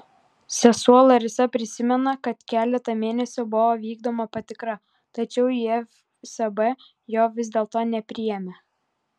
sesuo larisa prisimena kad keletą mėnesių buvo vykdoma patikra tačiau į fsb jo vis dėlto nepriėmė